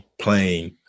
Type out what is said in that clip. playing